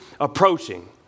approaching